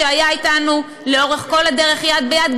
שהיה אתנו לאורך כל הדרך יד ביד,